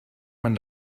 man